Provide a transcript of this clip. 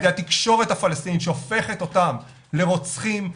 על ידי התקשורת הפלסטינית שהופכת אותם לרוצחים,